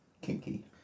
Kinky